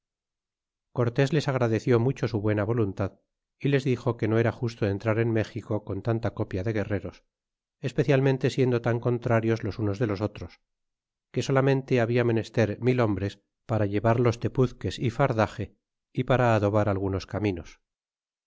cortés les agradeció mucho su buena voluntad y les dixo que no era justo entrar en méxico con tanta copia de guerreros especialmente siendo lan contrarios los unos de los otros que solamente había menester mil hombres para llevar los tepuzques é fardaxe é para adobar algunos caminos